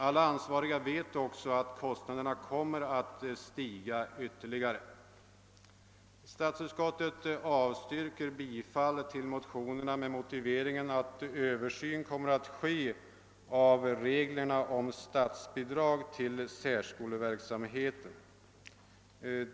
Alla ansvariga vet också att kostnaderna kommer att stiga ytterligare. Statsutskottet avstyrker bifall till motionerna med motiveringen att en översyn kommer att göras av reglerna om statsbidrag till särskoleverksamheten.